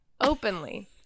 openly